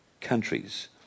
countries